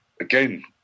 again